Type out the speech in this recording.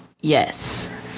Yes